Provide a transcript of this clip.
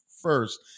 first